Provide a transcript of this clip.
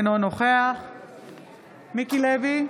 אינו נוכח מיקי לוי,